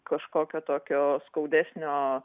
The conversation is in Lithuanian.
kažkokio tokio skaudesnio